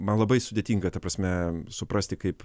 man labai sudėtinga ta prasme suprasti kaip